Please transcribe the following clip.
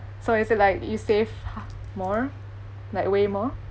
so is it like you save ha~ more like way more